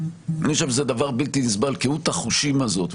אני חושב שזה דבר בלתי נסבל, קהות החושים הזאת.